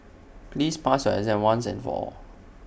please pass your exam once and for all